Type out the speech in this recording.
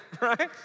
right